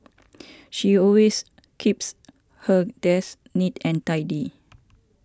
she always keeps her desk neat and tidy